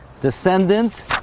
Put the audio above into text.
descendant